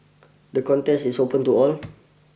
the contest is open to all